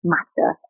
matter